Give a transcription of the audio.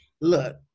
look